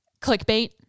clickbait